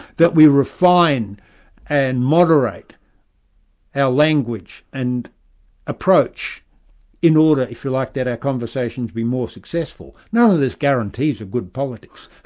that we refine and moderate our language and approach in order, if you like, that our conversations be more successful. none of this guarantees a good politics,